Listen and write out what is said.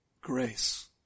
grace